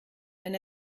wenn